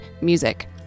music